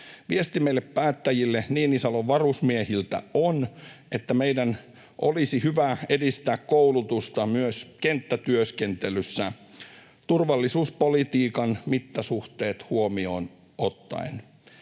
Viesti meille päättäjille Niinisalon varusmiehiltä on, että meidän olisi hyvä edistää koulutusta myös kenttätyöskentelyssä turvallisuuspolitiikan mittasuhteet huomioon ottaen.